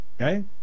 Okay